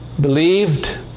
believed